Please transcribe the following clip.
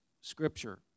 Scripture